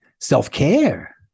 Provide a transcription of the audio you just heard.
self-care